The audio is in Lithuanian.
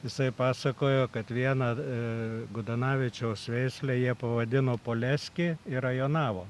jisai pasakojo kad vieną gudanavičiaus veislę jie pavadino poleski ir rajonavo